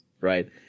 right